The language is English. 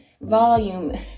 volume